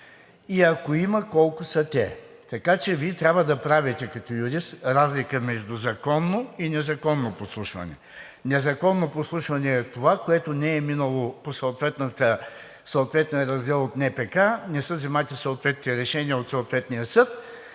и ако има, колко са те. Така че Вие като юрист трябва да правите разлика между законно и незаконно подслушване. Незаконно подслушване е това, което не е минало по съответния раздел от НПК, не са взети съответните решения от съответния съд